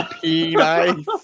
P-nice